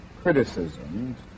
criticisms